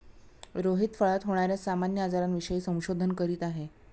रोहित फळात होणार्या सामान्य आजारांविषयी संशोधन करीत आहे